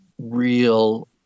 real